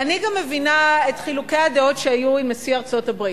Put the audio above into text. אני גם מבינה את חילוקי הדעות שהיו עם נשיא ארצות-הברית.